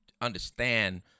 understand